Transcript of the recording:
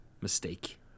mistake